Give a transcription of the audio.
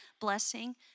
blessing